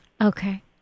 Okay